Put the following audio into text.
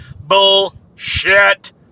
bullshit